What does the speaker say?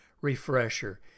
refresher